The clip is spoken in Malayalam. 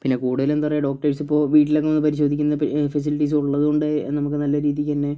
പിന്നെ കൂടുതലും എന്താ പറയുക ഡോക്ടേർസ് ഇപ്പോൾ വീട്ടിലൊക്കെ വന്ന് പരിശോധിക്കുന്ന ഫെസിലിറ്റീസുകൾ ഉള്ളതുകൊണ്ട് നമുക്ക് നല്ല രീതിക്ക് തന്നെ